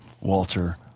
Walter